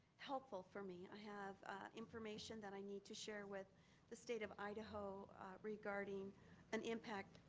helpful for me i have information that i need to share with the state of idaho regarding an impact,